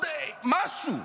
משהו.